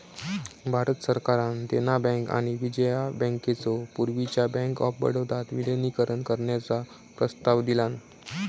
भारत सरकारान देना बँक आणि विजया बँकेचो पूर्वीच्यो बँक ऑफ बडोदात विलीनीकरण करण्याचो प्रस्ताव दिलान